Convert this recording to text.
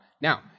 Now